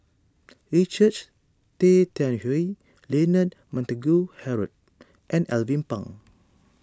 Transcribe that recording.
Richard Tay Tian Hoe Leonard Montague Harrod and Alvin Pang